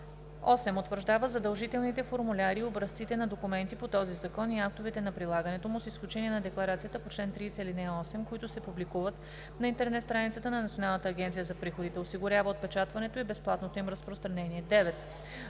8. утвърждава задължителните формуляри и образците на документи по този закон и актовете по прилагането му, с изключение на декларацията по чл. 30, ал. 8, които се публикуват на интернет страницата на Националната агенция за приходите; осигурява отпечатването и безплатното им разпространение; 9.